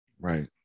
Right